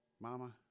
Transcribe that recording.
Mama